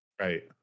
right